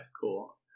Cool